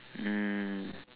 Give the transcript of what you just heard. mm